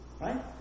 Right